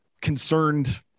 concerned